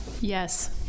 Yes